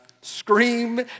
scream